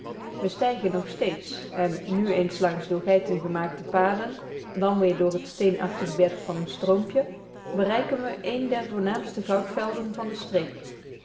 we stijgen nog steeds en nu eens langs door geiten gemaakte paden dan weer door het steenachtig bed van een stroompje bereiken we een der voornaamste goudvelden van de streek